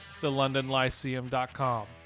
thelondonlyceum.com